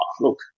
look